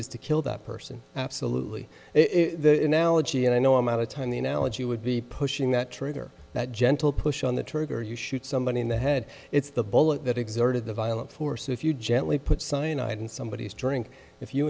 is to kill that person absolutely it's an allergy and i know i'm out of time the analogy would be pushing that trigger that gentle push on the trigger you shoot somebody in the head it's the bullet that exerted the violent force if you gently put cyanide in somebody is drink if you